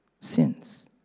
sins